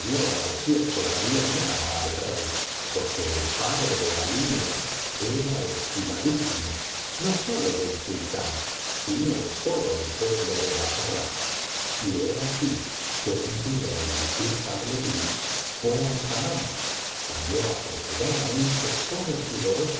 á decir todavía nada al rey porque el padre de alí nur era estimadísimo no sólo del sultán sino de todo el pueblo de bassra y he aquí que un día el visir fadleddín fué al hammam salió apresuradamente todo sudoroso